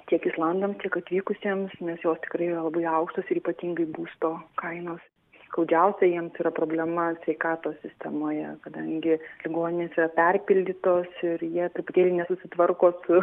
tiek islandam tiek atvykusiems nes jos tikrai labai aukštos ypatingai būsto kainos skaudžiausia jiems yra problema sveikatos sistemoje kadangi ligoninės yra perpildytos ir jie truputėlį nesusitvarko su